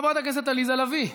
חברת הכנסת עליזה לביא,